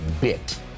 bit